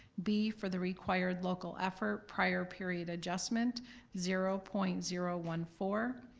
b, for the required local effort prior period adjustment zero point zero one four,